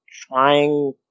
trying